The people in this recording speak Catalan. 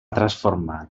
transformar